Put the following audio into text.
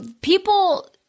people